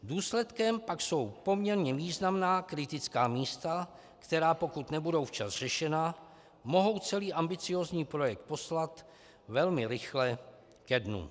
Důsledkem pak jsou poměrně významná kritická místa, která pokud nebudou včas řešena, mohou celý ambiciózní projekt poslat velmi rychle ke dnu.